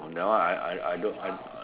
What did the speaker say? that one I I I I I